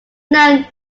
known